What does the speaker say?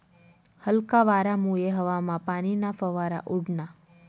हलका वारामुये हवामा पाणीना फवारा उडना